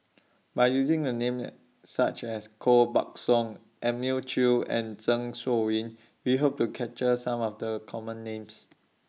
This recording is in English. By using The Names such as Koh Buck Song Elim New Chew and Zeng Shouyin We Hope to capture Some of The Common Names